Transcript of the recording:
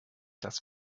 das